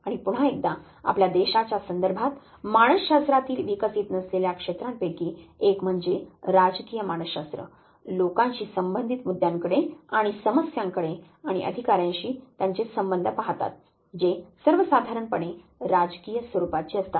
आणि पुन्हा एकदा आपल्या देशाच्या संदर्भात मानसशास्त्रातील विकसित नसलेल्या क्षेत्रांपैकी एक म्हणजे राजकीय मानसशास्त्र लोकांशी संबंधित मुद्द्यांकडे आणि समस्यांकडे आणि अधिकार्यांशी त्यांचे संबंध पाहतात जे सर्वसाधारणपणे राजकीय स्वरूपाचे असतात